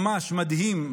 ממש מדהים,